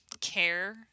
care